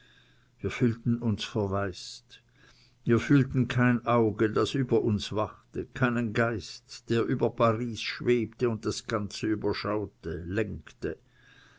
wir fühlten uns verwaist wir fühlten kein auge das über uns wachte keinen geist der über paris schwebte und das ganze überschaute lenkte